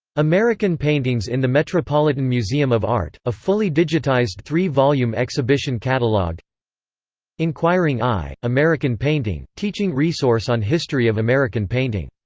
american paintings in the metropolitan museum of art, a fully digitized three volume exhibition catalog inquiring eye american painting, teaching resource on history of american painting